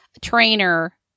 trainer